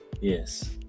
Yes